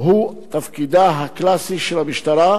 תפקידה הקלאסי של המשטרה,